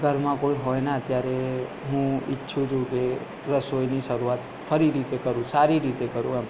ઘરમાં કોઈ હોય ના ત્યારે હું ઇચ્છું છું કે રસોઈની શરૂઆત ફરી રીતે કરું સારી રીતે કરું એમ